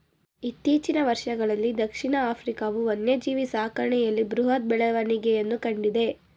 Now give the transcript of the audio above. ಇತ್ತೀಚಿನ ವರ್ಷಗಳಲ್ಲೀ ದಕ್ಷಿಣ ಆಫ್ರಿಕಾವು ವನ್ಯಜೀವಿ ಸಾಕಣೆಯಲ್ಲಿ ಬೃಹತ್ ಬೆಳವಣಿಗೆಯನ್ನು ಕಂಡಿದೆ